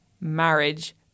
marriage